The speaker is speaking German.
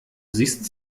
siehst